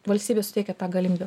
valstybė suteikia tą galimybę